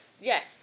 yes